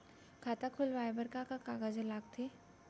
खाता खोलवाये बर का का कागज ल लगथे?